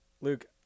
Luke